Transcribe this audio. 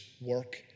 work